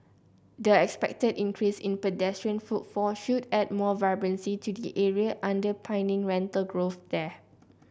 the expected increase in pedestrian footfall should add more vibrancy to the area underpinning rental growth there